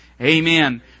Amen